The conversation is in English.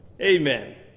Amen